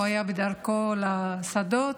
הוא היה בדרכו לשדות.